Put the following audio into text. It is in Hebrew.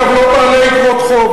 הם לא בעלי איגרות חוב,